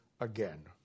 again